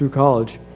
um college.